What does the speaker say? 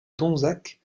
donzac